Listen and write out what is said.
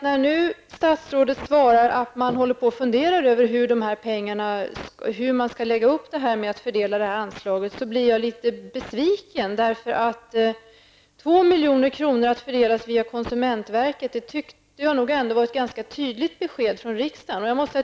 När nu statsrådet svarar att man håller på att fundera över hur detta skall läggas upp och hur anslaget skall fördelas, blir jag litet besviken. Jag tycker nog att det var ett ganska tydligt besked från riksdagen att 2 milj.kr. skulle fördelas via konsumentverket.